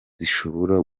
zishobora